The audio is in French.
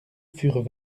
furent